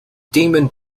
demon